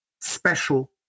special